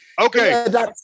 Okay